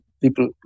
people